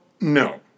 no